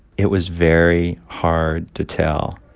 it was very hard to tell.